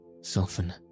soften